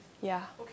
ya